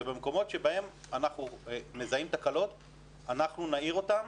ובמקום שבו אנחנו מזהים תקלות נאיר אותן.